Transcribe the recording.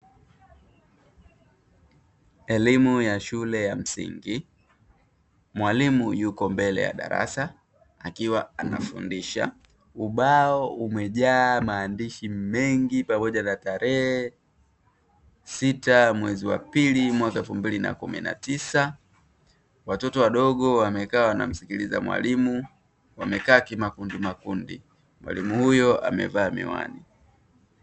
Elimu ya shule ya msingi mwalimu yuko mbele ya darasa akiwa anafundisha, ubao umejaa maandishi mengi yenye tarehe sita mwezi wa pili mwaka elfumbili na kumi na tisa, watoto wadogo wamekaa wanamsikiliza mwalimu wamekaa kimakundi kimakundi, mwalimu akiwa amevaa miwani.